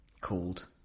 called